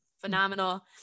phenomenal